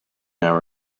our